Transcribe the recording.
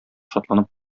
шатланып